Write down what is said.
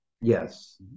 Yes